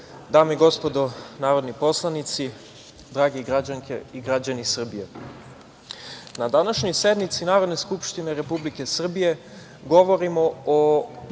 dame i gospodo narodni poslanici, drage građanke i građeni Srbije, na današnjoj sednici Narodne skupštine Republike Srbije govorimo o